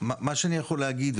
מה שאני יכול להגיד,